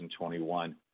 2021